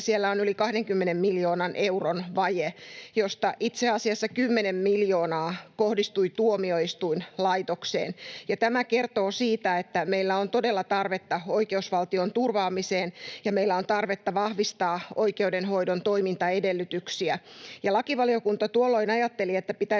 siellä on yli 20 miljoonan euron vaje, josta itse asiassa 10 miljoonaa kohdistui tuomioistuinlaitokseen. Tämä kertoo siitä, että meillä on todella tarvetta oikeusvaltion turvaamiseen ja meillä on tarvetta vahvistaa oikeudenhoidon toimintaedellytyksiä. Lakivaliokunta tuolloin ajatteli, että pitäisi